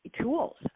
tools